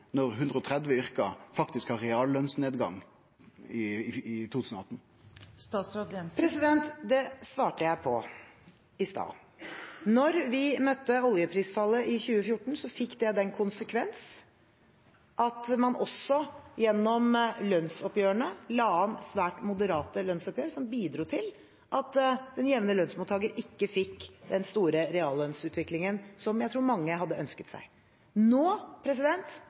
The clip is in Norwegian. når 130 yrke faktisk har reallønsnedgang i 2018? Det svarte jeg på i sted. Da vi møtte oljeprisfallet i 2014, fikk det den konsekvens at man også la an svært moderate lønnsoppgjør, som bidro til at den jevne lønnsmottaker ikke fikk den store reallønnsutviklingen som jeg tror mange hadde ønsket seg. Nå